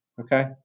okay